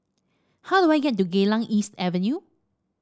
how do I get to Geylang East Avenue